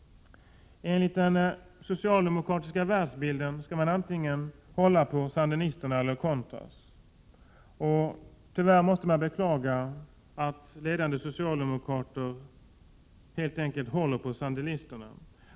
Enligt den socialdemokratiska världsbilden skall man antingen hålla på sandinisterna eller hålla på contras. Tyvärr måste man beklaga att ledande socialdemokrater helt enkelt håller på sandinisterna.